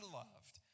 loved